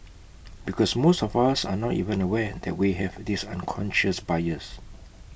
because most of us are not even aware that we have this unconscious bias